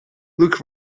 look